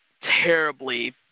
terribly